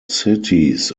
cities